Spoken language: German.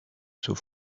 zur